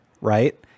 Right